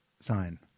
sign